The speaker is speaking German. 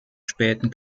späten